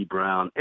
Brown